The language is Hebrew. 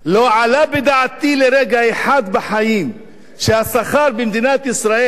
לא עלה בדעתי לרגע אחד בחיים שהשכר במדינת ישראל,